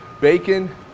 bacon